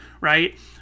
right